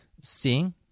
seeing